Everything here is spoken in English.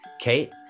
Kate